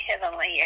heavenly